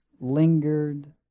lingered